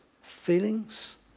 feelings